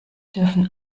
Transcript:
dürfen